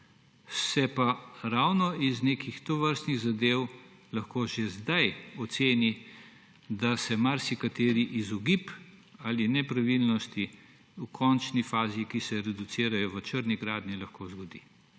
se pa ravno iz nekih tovrstnih zadev lahko še zdaj oceni, da se marsikateri izogib ali nepravilnosti v končni fazi, ki se reducirajo v črni gradnji, lahko zgodi;